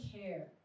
care